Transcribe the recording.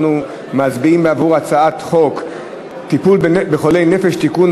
אנחנו מצביעים על הצעת חוק טיפול בחולי נפש (תיקון,